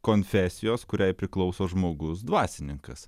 konfesijos kuriai priklauso žmogus dvasininkas